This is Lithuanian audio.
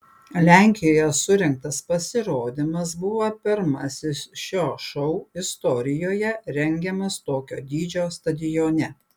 lenkijoje surengtas pasirodymas bus pirmasis šio šou istorijoje rengiamas tokio dydžio stadione